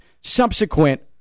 subsequent